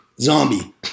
zombie